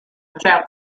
without